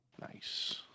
nice